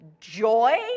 Joy